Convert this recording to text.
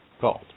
called